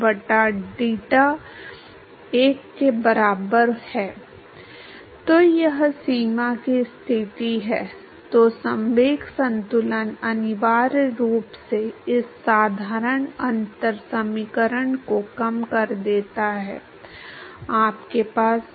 इसलिए याद रखें कि प्रयोगात्मक रूप से मापना बहुत मुश्किल है कि सीमा परत की मोटाई क्या है लेकिन अब हमें एक अनुमान मिल गया है हमें सैद्धांतिक अनुमान मिला है कि सीमा परत की मोटाई स्थिति के कार्य के रूप में क्या होनी चाहिए ठीक है